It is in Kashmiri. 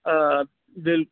آ بِل